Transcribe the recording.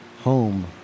Home